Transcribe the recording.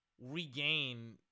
regain